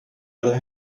other